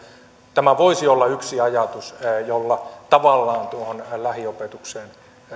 tämä voisi olla yksi ajatus jolla tavallaan tuohon lähiopetukseen